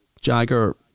Jagger